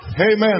Amen